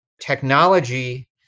technology